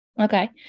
Okay